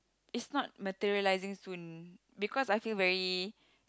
it's not materialising soon because I feel very